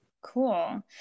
Cool